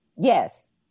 Yes